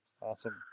awesome